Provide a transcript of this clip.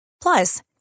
Plus